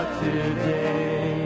today